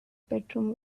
bedroom